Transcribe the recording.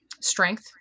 strength